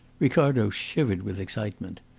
ricardo shivered with excitement.